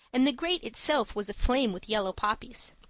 and the grate itself was aflame with yellow poppies.